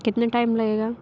कितना टाइम लगेगा